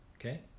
okay